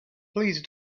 please